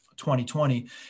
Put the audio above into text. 2020